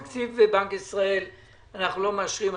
את תקציב בנק ישראל אנחנו לא מאשרים,